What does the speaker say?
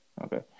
Okay